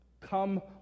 Come